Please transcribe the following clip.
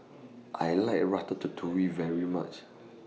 I like Ratatouille very much